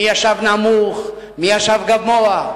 מי ישב נמוך, מי ישב גבוה.